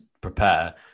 prepare